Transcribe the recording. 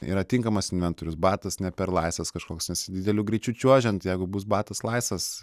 yra tinkamas inventorius batas ne per laisvas kažkoks tas dideliu greičiu čiuožiant jeigu bus batas laisvas